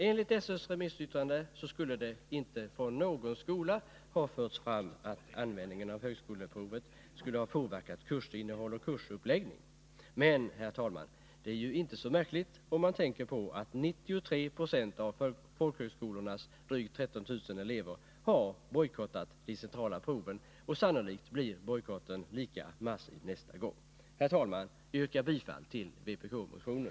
Enligt SÖ:s remissyttrande skulle det inte från någon skola ha förts fram att användningen av högskoleprovet skulle ha påverkat kursinnehåll och kursuppläggning. Men, herr talman, det är ju inte så märkligt om man tänker på att 93 Jo av folkhögskolornas drygt 13 000 elever har bojkottat de centrala proven. Sannolikt blir bojkotten lika massiv nästa gång. Herr talman! Jag yrkar bifall till vpk-motionen.